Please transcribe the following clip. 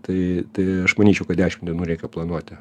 tai tai aš manyčiau kad dešim dienų reikia planuoti